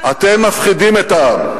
אתם מפחידים את העם.